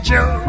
Joe